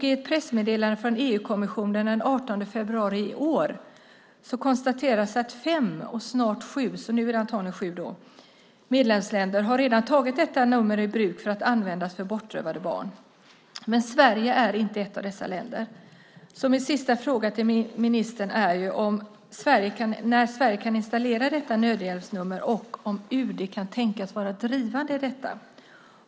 I ett pressmeddelande från EU-kommissionen den 18 februari i år konstaterades att fem, snart sju medlemsländer - nu är det alltså antagligen sju - redan hade tagit detta nummer i bruk för att användas för bortrövade barn. Men Sverige är inte ett av dessa länder. Min sista fråga till ministern är: När kan Sverige installera detta nödhjälpsnummer, och kan UD tänkas vara drivande i detta?